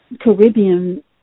Caribbean